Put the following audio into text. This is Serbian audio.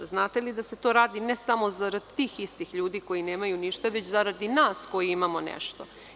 Znate li da se to radi ne samo zarad tih istih ljudi koji nemaju ništa već zaradi nas koji imamo nešto?